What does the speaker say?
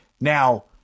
Now